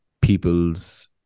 people's